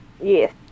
Yes